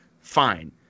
fine